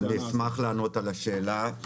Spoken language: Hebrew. אני אשמח לענות על השאלה.